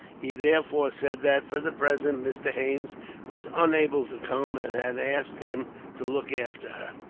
he therefore said that, for the present, mr. haines was unable to come, and had asked him to look after her.